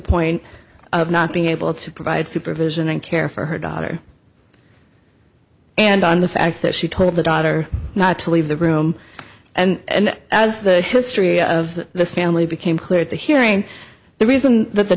point of not being able to provide supervision and care for her daughter and on the fact that she told the daughter not to leave the room and as the history of this family became clear at the hearing the reason that the